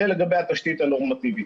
זה לגבי התשתית הנורמטיבית.